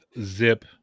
Zip